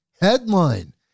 Headline